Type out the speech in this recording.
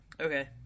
Okay